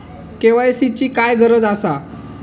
KYC ची काय गरज आसा?